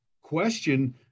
question